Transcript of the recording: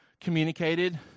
communicated